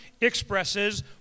expresses